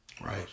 Right